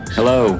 Hello